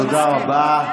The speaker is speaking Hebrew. תודה רבה.